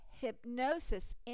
Hypnosis